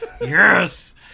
yes